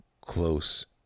close